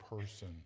person